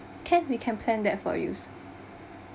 can we can plan that for you